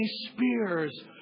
Spears